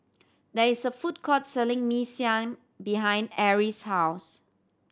there is a food court selling Mee Siam behind Arrie's house